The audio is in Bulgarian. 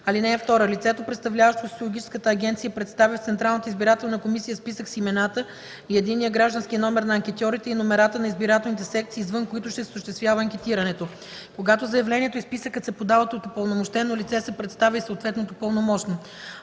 лице. (2) Лицето, представляващо социологическата агенция, представя в Централната избирателна комисия списък с имената и единния граждански номер на анкетьорите и номерата на избирателните секции, извън които ще се осъществява анкетирането. Когато заявлението и списъкът се подават от упълномощено лице се представя и съответното пълномощно.